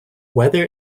whether